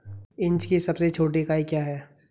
Inch की सबसे छोटी इकाई क्या है?